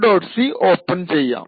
c open ചെയ്യാം